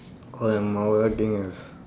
what am I working as